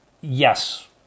yes